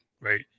right